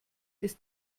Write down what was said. ist